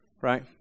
right